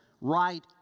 right